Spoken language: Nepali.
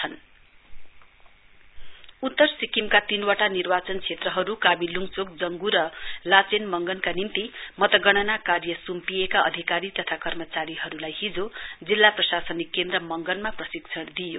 ट्रेनिङ अन भोट काउण्टिङ उत्तर सिक्किमका तीनवटा निर्वाचन क्षेत्रहरू काबी ल्हचोक जंग् र लाचेन मंगनका निम्ति मतगणना कार्य स्म्पिएका अधिकारी तथा कर्मचारीहरूलाई हिजो जिल्ला प्रशासनिक केन्द्र मंगनमा प्रशिक्षण दिइयो